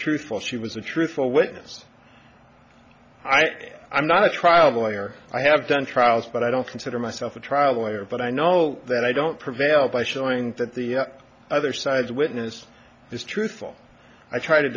truthful she was a truthful witness i think i'm not a trial lawyer i have done trials but i don't consider myself a trial lawyer but i know that i don't prevail by showing that the other side witness is truthful i tr